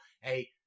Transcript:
hey